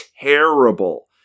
terrible